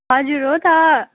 हजुर हो त